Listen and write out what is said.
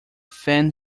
fan